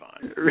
fine